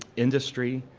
industry,